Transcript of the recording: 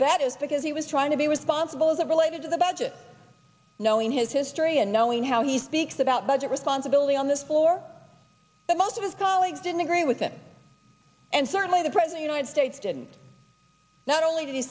bet is because he was trying to be responsible as it related to the budget knowing his history and knowing how he speaks about budget responsibility on this floor but most of his colleagues didn't agree with it and certainly the present united states didn't not only did